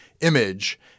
image